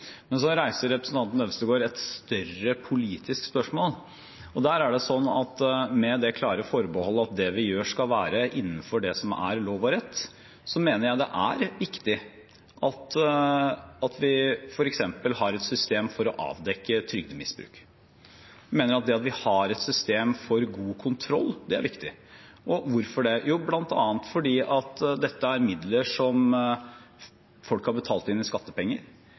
Men så reiser representanten Øvstegård et større politisk spørsmål. Med det klare forbeholdet om at det vi gjør skal være innenfor lov og rett, mener jeg det er viktig at vi f.eks. har et system for å avdekke trygdemisbruk. Jeg mener det er viktig at vi har et system for god kontroll. Og hvorfor det? Jo, bl.a. fordi dette er midler som folk har betalt inn i skattepenger.